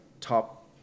top